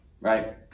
Right